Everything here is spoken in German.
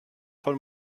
von